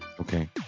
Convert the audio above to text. okay